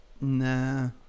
Nah